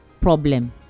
problem